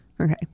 Okay